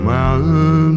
Mountain